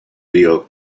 leo